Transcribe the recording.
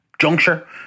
juncture